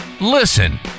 Listen